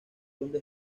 donde